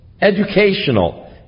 educational